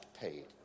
paid